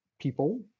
people